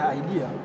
idea